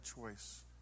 choice